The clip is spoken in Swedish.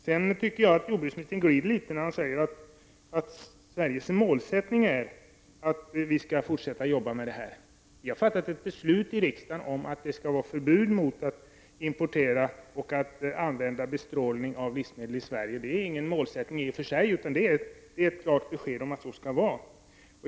Jag tycker att jordbruksministern glider litet när han säger att det är regeringens målsättning att vi i Sverige skall fortsätta att arbeta med dessa frågor. Vi har fattat ett beslut i riksdagen som innebär ett förbud mot att importera bestrålade livsmedel och att använda bestrålning av livsmedel i Sverige. Det är ingen målsättning, utan ett klart besked om hur det skall vara.